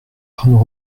arnaud